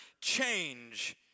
change